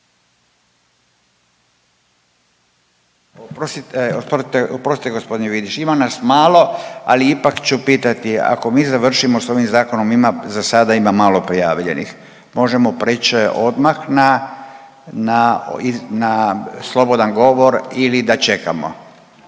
oprostite gospodin Vidiš. Ima nas malo ali ipak ću pitati ako mi završimo s ovim zakonom, za sada ima malo prijavljenih, možemo prijeći odmah na slobodan govor ili da čekamo?